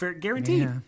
guaranteed